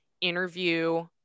interview